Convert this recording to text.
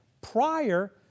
prior